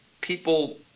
people